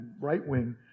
right-wing